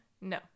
No